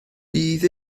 bydd